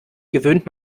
gewöhnt